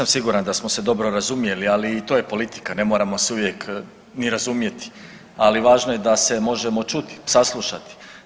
Ma nisam siguran da smo se dobro razumjeli, ali i to je politika, ne moramo se uvijek ni razumjeti ali važno je da se možemo čuti, saslušati.